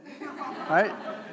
right